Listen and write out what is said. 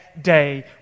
day